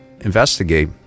investigate